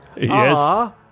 yes